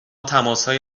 تماسهایی